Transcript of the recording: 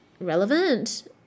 relevant